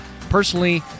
Personally